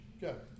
go